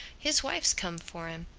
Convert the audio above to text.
his wife's come for him.